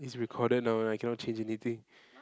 it's recorded now and I cannot change anything